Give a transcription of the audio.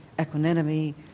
equanimity